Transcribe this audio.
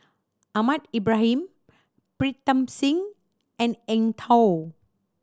Ahmad Ibrahim Pritam Singh and Eng Tow